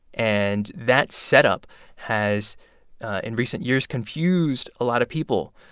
and that setup has in recent years confused a lot of people,